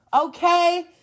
okay